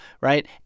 Right